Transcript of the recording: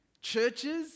Churches